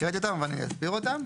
לא, הקראתי אותן, אבל אני אסביר אותן.